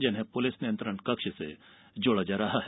जिन्हें पुलिस नियंत्रण कक्ष से जोड़ा जा रहा है